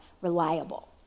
reliable